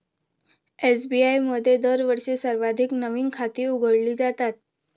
SBI मध्ये दरवर्षी सर्वाधिक नवीन खाती उघडली जातात